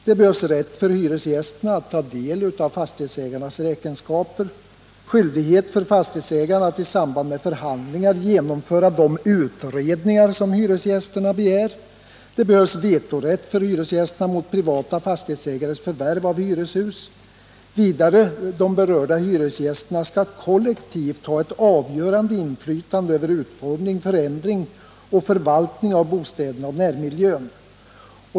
Det behövs en rätt för hyresgästerna att ta del av fastighetsägarnas räkenskaper, skyldighet för fastighetsägarna att i samband med förhandlingar genomföra de utredningar som hyresgästerna begär och vetorätt för hyresgästerna mot privata fastighetsägares förvärv av hyreshus. Vidare skall de berörda hyresgästerna kollektivt ha ett avgörande inflytande över utformning, förändring och förvaltning av bostäderna och närmiljön.